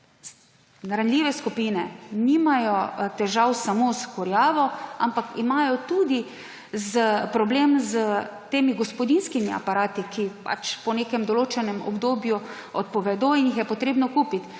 ranljive skupine nimajo težav samo s kurjavo, ampak imajo tudi problem s temi gospodinjskimi aparati, ki pač po nekem določenem obdobju odpovedo in jih je treba kupiti.